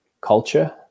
culture